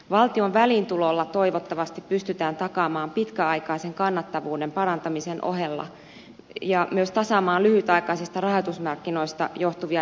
valtion väliintulolla toivottavasti pystytään takaamaan pitkäaikaisen kannattavuuden parantaminen ja myös tasaamaan lyhytaikaisista rahoitusmarkkinoista johtuvia dramaattisia seurauksia